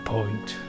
Point